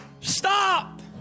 stop